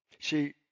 See